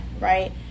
right